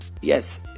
yes